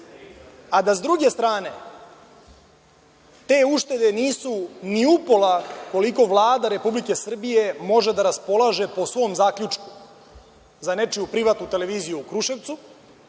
a da s druge strane te uštede nisu ni upola koliko Vlada Republike Srbije može da raspolaže po svom zaključku za nečiju privatnu televiziju u Kruševcu